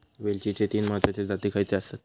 वेलचीचे तीन महत्वाचे जाती खयचे आसत?